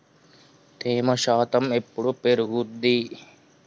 తేమ శాతం ఎప్పుడు పెరుగుద్ది?